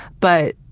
but,